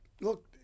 look